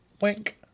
Wink